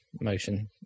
motion